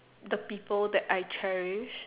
the people that I cherish